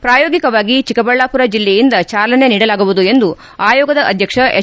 ಪ್ರಾಯೋಗಿಕವಾಗಿ ಚಿಕ್ಕಬಳ್ಳಾಪುರ ಜಿಲ್ಲೆಯಿಂದ ಚಾಲನೆ ನೀಡಲಾಗುವುದು ಎಂದು ಆಯೋಗದ ಅಧ್ಯಕ್ಷ ಹೆಚ್